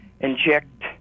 inject